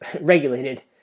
regulated